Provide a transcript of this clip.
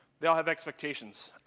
they all have expectations.